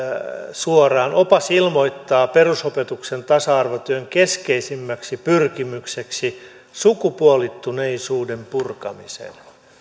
suoraan opas ilmoittaa perusopetuksen tasa arvotyön keskeisimmäksi pyrkimykseksi sukupuolittuneisuuden purkamisen